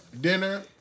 dinner